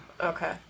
Okay